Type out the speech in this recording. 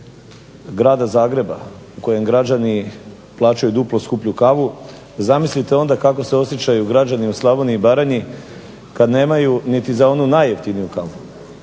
Grada Zagreba u kojem građani plaćaju duplo skuplju kavu zamislite onda kako se osjećaju građani u Slavoniji i Baranji kad nemaju niti za onu najjeftiniju kavu.